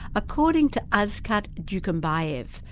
according to askat dukenbaev,